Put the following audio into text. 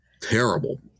terrible